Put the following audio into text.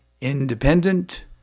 independent